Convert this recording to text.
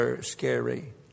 scary